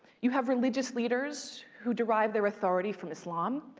you have religious leaders, who derive their authority from islam,